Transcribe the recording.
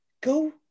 go